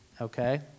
okay